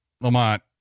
Lamont